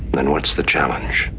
then what's the challenge?